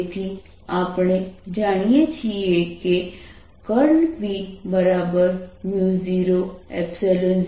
તેથી આપણે જાણીએ છીએ કે B00E∂t છે